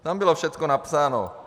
Tam bylo všecko napsáno.